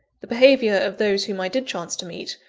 the behaviour of those whom i did chance to meet,